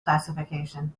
classification